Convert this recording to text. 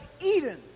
eden